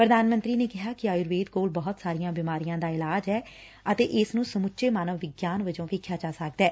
ਪ੍ਰਧਾਨ ਮੰਤਰੀ ਨੇ ਕਿਹਾ ਕਿ ਆਯੂਰਵੇਦ ਕੋਲ ਬਹੂਤ ਸਾਰੀਆਂ ਬਿਮਾਰੀਆਂ ਦਾ ਇਲਾਜ ਐ ਅਤੇ ਇਸ ਨੂੰ ਸਮੁੱਚੇ ਮਾਨਣ ਵਿਗਿਆਨ ਵਜੋਂ ਵੇਖਿਆ ਜਾ ਸਕਦੈ